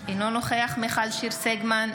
אינו נוכח מיכל שיר סגמן,